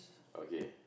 okay